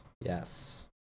Yes